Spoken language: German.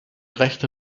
rechte